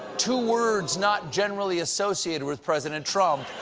two words not generally associated with president trump